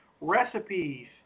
recipes